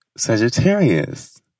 Sagittarius